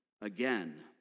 again